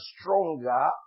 stronger